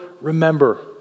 remember